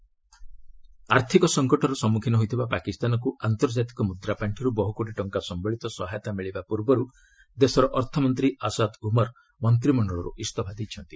Pak resign ଆର୍ଥିକ ସଂକଟର ସମ୍ମୁଖୀନ ହୋଇଥିବା ପାକିସ୍ତାନକୁ ଆନ୍ତର୍ଜାତିକ ମୁଦ୍ରାପାଣ୍ଠିରୁ ବହୁ କୋଟି ଟଙ୍କା ସମ୍ଭଳିତ ସହାୟତା ମିଳିବା ପୂର୍ବରୁ ଦେଶର ଅର୍ଥମନ୍ତ୍ରୀ ଆସାଦ୍ ଉମର୍ ମନ୍ତିମଣ୍ଡଳରୁ ଇସ୍ତଫା ଦେଇଛନ୍ତି